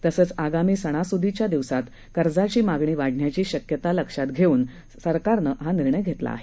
तसंच आगामी सणासुदीच्या दिवसांत कर्जाची मागणी वाढण्याची शक्यता लक्षात घेता सरकारनं हा निर्णय घेतला आहे